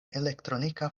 elektronika